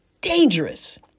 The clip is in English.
dangerous